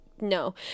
No